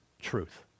truth